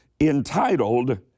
entitled